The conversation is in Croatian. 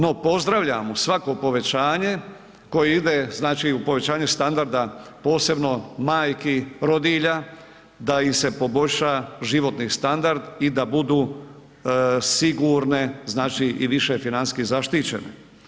No, pozdravljamo svako povećanje koje ide, znači u povećanje standarda, posebno majki rodilja da im se poboljša životni standard i da budu sigurne, znači i više financijski zaštićene.